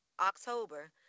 october